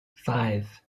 five